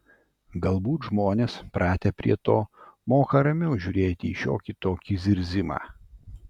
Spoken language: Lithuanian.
galbūt žmonės pratę prie to moka ramiau žiūrėti į šiokį tokį zirzimą